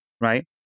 right